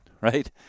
right